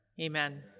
Amen